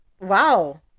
Wow